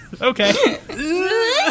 Okay